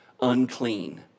unclean